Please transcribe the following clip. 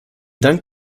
dank